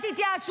אל תתייאשו,